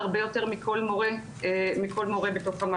הרבה יותר משל כל מורה בתוך המערכת.